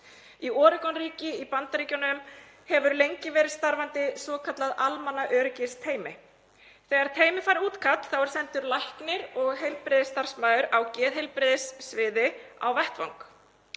Í Oregon-ríki í Bandaríkjunum hefur lengi verið starfandi svokallað almannaöryggisteymi. Þegar teymi fær útkall er sendur læknir og heilbrigðisstarfsmaður á geðheilbrigðissviði á vettvang.